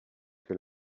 que